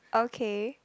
okay